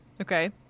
Okay